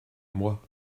moi